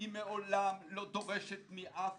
היא מעולם לא דורשת מאף